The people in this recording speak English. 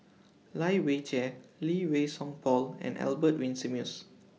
Lai Weijie Lee Wei Song Paul and Albert Winsemius